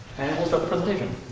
and we'll start the presentation.